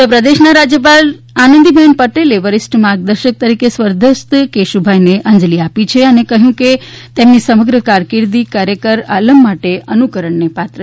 ઉત્તર પ્રદેશના રાજયપાલ આનંદીબેન પટેલે વરિષ્ઠ માર્ગદર્શક તરીકે સ્વર્ગસ્થ કેશુભાઈને અંજલિ આપી છે અને કહ્યું છે કે તેમની સમગ્ર કારકિર્દી કાર્યકર આલમ માટે અનુકરણ ને પાત્ર છે